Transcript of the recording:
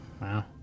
Wow